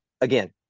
again